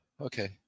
Okay